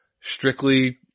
strictly